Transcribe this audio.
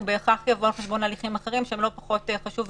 הוא בהכרח יבוא על חשבון הליכים אחרים שהם לא פחות חשובים.